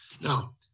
Now